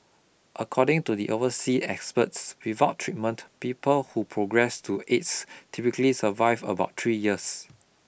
according to the oversea experts without treatment people who progress to AIDS typically survive about three years